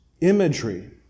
imagery